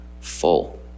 full